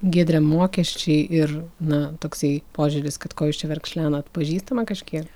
giedre mokesčiai ir na toksai požiūris kad ko jūs čia verkšlenat pažįstama kažkiek